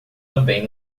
também